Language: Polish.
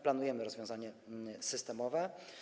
Planujemy rozwiązanie systemowe.